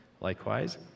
Likewise